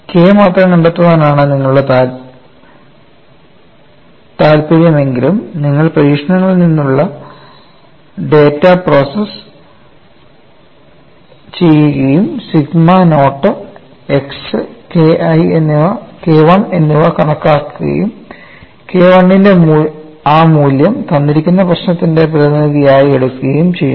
K മാത്രം കണ്ടെത്താനാണ് നിങ്ങളുടെ താൽപര്യം എങ്കിലും നിങ്ങൾ പരീക്ഷണങ്ങളിൽ നിന്നുള്ള ഡാറ്റ പ്രോസസ്സ് ചെയ്യുകയും sigma naught x K I എന്നിവ കണക്കാക്കുകയും K I യുടെ ആ മൂല്യം തന്നിരിക്കുന്ന പ്രശ്നത്തിന്റെ പ്രതിനിധിയായി എടുക്കുകയും ചെയ്യുന്നു